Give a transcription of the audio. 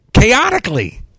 chaotically